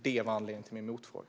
Det var anledningen till min motfråga.